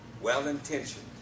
Well-intentioned